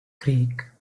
creek